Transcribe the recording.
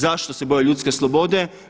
Zašto se boje ljudske slobode?